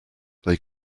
they